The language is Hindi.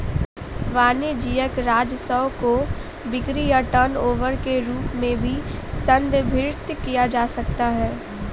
वाणिज्यिक राजस्व को बिक्री या टर्नओवर के रूप में भी संदर्भित किया जा सकता है